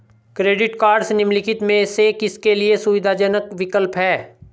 Credit cards निम्नलिखित में से किसके लिए सुविधाजनक विकल्प हैं?